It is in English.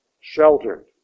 sheltered